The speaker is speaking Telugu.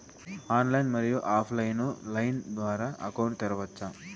ఆన్లైన్, మరియు ఆఫ్ లైను లైన్ ద్వారా అకౌంట్ తెరవచ్చా?